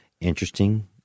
Interesting